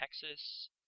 Texas